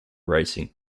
racing